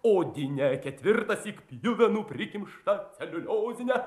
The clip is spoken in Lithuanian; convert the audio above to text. odinę ketvirtąsyk pjuvenų prikimštą celiuliozinę